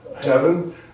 heaven